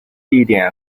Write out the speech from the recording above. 地点